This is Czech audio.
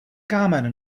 kámen